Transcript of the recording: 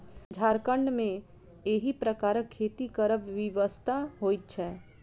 झारखण्ड मे एहि प्रकारक खेती करब विवशता होइत छै